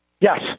Yes